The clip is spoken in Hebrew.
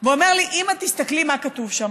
ואומר לי: אימא, תסתכלי מה כתוב שם.